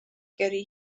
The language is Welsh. gyrru